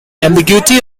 ambiguity